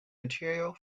material